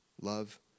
love